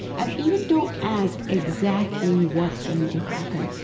and even don't ask exactly what's going to happen.